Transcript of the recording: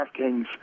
DraftKings